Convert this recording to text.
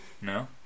No